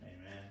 amen